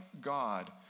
God